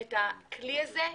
את הכלי הזה,